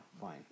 fine